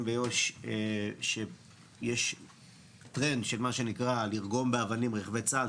ביו"ש שיש טרנד של מה שנקרא לרגום באבנים רכבי צה"ל.